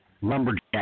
lumberjack